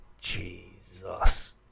Jesus